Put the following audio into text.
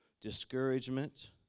discouragement